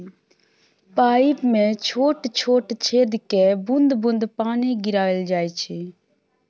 pipe मे छोट छोट छेद कए बुंद बुंद पानि गिराएल जाइ छै